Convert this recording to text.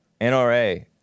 NRA